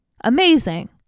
amazing